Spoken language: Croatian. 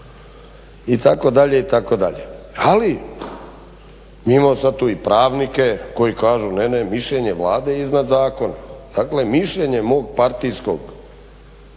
stanovnika, itd., itd. Ali mi imamo sad tu i pravnike koji kažu ne, ne, mišljenje Vlade je iznad zakona. Dakle mišljenje mog partijskog